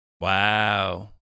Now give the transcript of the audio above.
Wow